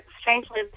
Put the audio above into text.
strangely